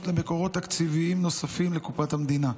למקורות תקציביים נוספים לקופת המדינה.